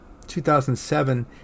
2007